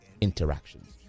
interactions